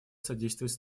содействовать